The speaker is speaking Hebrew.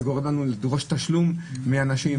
זה גורם לנו לדרוש תשלום מאנשים,